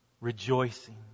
rejoicing